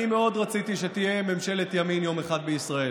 אני מאוד רציתי שתהיה ממשלת ימין יום אחד בישראל,